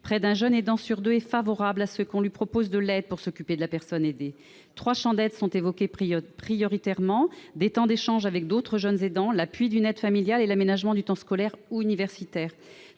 Près d'un jeune aidant sur deux est favorable à ce que l'on lui propose de l'aide pour s'occuper de la personne aidée. Trois champs d'aides sont évoqués prioritairement : des temps d'échange avec d'autres jeunes aidants, tout d'abord, l'appui d'une aide familiale, ensuite, et l'aménagement du temps scolaire ou universitaire,